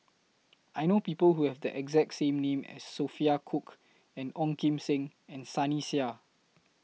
I know People Who Have The exact name as Sophia Cooke and Ong Kim Seng and Sunny Sia